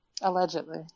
Allegedly